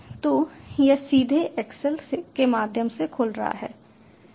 तो यह सीधे एक्सेल के माध्यम से खुल रहा है